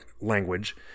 language